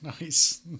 Nice